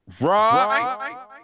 Right